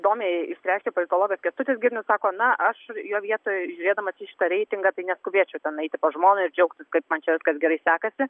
įdomiai išsireiškė politologas kęstutis girnius sako na aš jo vietoj žiūrėdamas į šitą reitingą tai neskubėčiau ten eiti pas žmoną ir džiaugtis kaip man čia viskas gerai sekasi